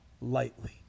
lightly